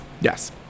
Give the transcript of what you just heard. Yes